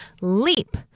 Leap